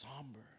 somber